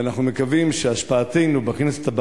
ואנחנו מקווים שהשפעתנו בכנסת,